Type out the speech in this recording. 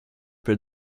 peu